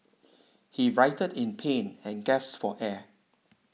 he writhed in pain and gasped for air